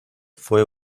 fue